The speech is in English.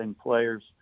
players